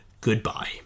Goodbye